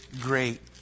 great